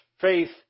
faith